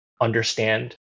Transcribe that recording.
understand